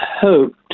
hoped